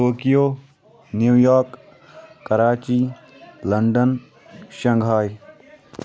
Tokyo New York Karachi London Shanghai